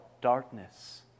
darkness